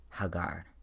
Hagar